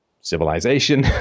civilization